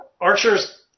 Archer's